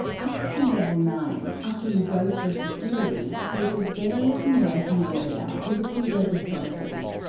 up on level nine, after you go through security, there's a bare looking waiting area with a few leather sofas.